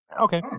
Okay